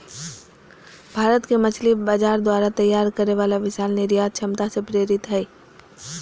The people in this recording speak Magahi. भारत के मछली बाजार द्वारा तैयार करे वाला विशाल निर्यात क्षमता से प्रेरित हइ